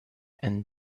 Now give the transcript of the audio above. and